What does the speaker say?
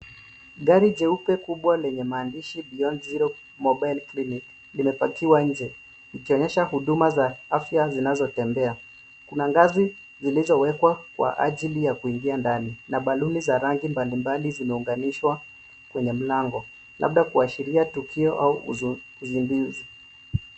Gari jeupe kubwa lenye maandishi beyond zero mobile clinic limepakiwa nje likionyesha huduma za afya zinazotembea. Kuna ngazi zilziowekwa kwa ajili ya kuingia ndani na baluni za rangi mbalimbali zimeunganishwa kwenye mlango, labda kuashiria tukio au uzinduzi.